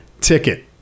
ticket